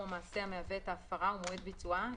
המעשה המהווה את ההפרה ומועד ביצועה,